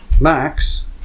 Max